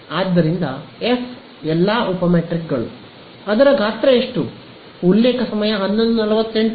ಆದ್ದರಿಂದ ಎಫ್ ಎಲ್ಲಾ ಉಪ ಮ್ಯಾಟ್ರಿಕ್ಗಳು ಅದರ ಗಾತ್ರ ಎಷ್ಟು